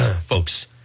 folks